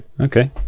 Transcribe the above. Okay